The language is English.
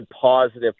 positive